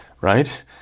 right